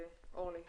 אורלי,